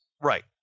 right